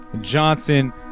Johnson